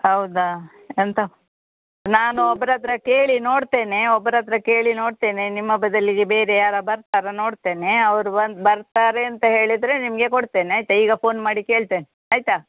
ಹೌದಾ ಎಂತ ನಾನು ಒಬ್ರು ಹತ್ರ ಕೇಳಿ ನೋಡ್ತೇನೆ ಒಬ್ರು ಹತ್ರ ಕೇಳಿ ನೋಡ್ತೇನೆ ನಿಮ್ಮ ಬದಲಿಗೆ ಬೇರೆ ಯಾರು ಬರ್ತಾರಾ ನೋಡ್ತೇನೆ ಅವರು ಬಂದು ಬರ್ತಾರೆ ಅಂತ ಹೇಳಿದರೆ ನಿಮಗೆ ಕೊಡ್ತೇನೆ ಆಯ್ತ ಈಗ ಫೋನ್ ಮಾಡಿ ಕೇಳ್ತೆನೆ ಆಯ್ತ